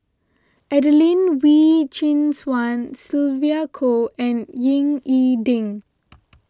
Adelene Wee Chin Suan Sylvia Kho and Ying E Ding